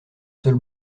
seul